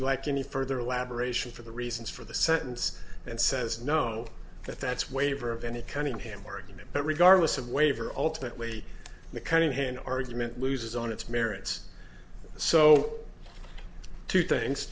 you like any further elaboration for the reasons for the sentence and says no that's waiver of any cunningham argument but regardless of waiver or alternately the cunningham argument loses on its merits so two things